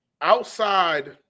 outside –